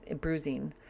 bruising